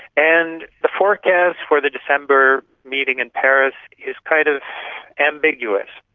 and the forecast for the december meeting in paris is kind of ambiguous.